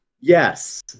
Yes